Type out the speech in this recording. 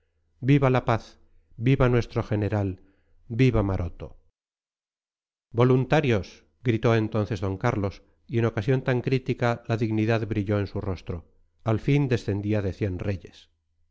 viva la paz viva nuestro general viva maroto voluntarios gritó entonces d carlos y en ocasión tan crítica la dignidad brilló en su rostro al fin descendía de cien reyes